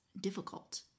difficult